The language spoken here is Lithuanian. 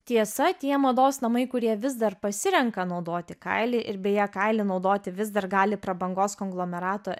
tiesa tie mados namai kurie vis dar pasirenka naudoti kailį ir beje kailį naudoti vis dar gali prabangos konglomerato